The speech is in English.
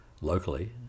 locally